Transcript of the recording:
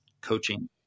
coaching